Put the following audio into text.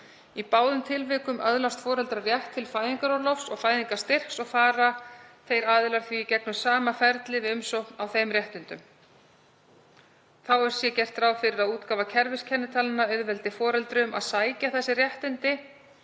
Í báðum tilvikum öðlast foreldrar rétt til fæðingarorlofs og fæðingarstyrks og fara þeir því í gegnum sama ferlið við umsókn á þeim réttindum. Þá sé gert ráð fyrir að útgáfa kerfiskennitalna muni auðvelda foreldrum að sækja þessi réttindi